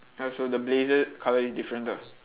ya so the blazer colour is different ah